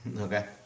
Okay